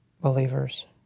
believers